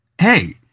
hey